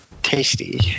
tasty